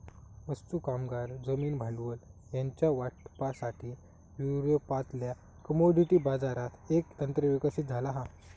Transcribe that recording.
वस्तू, कामगार, जमीन, भांडवल ह्यांच्या वाटपासाठी, युरोपातल्या कमोडिटी बाजारात एक तंत्र विकसित झाला हा